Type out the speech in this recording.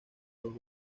dos